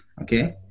okay